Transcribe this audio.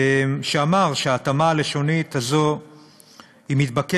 ואמר שההתאמה הלשונית הזאת מתבקשת